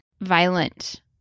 violent